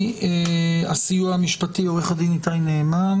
ומהסיוע המשפטי עו"ד איתי נעמן